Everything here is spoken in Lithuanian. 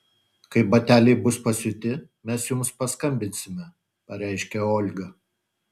kai bateliai bus pasiūti mes jums paskambinsime pareiškė olga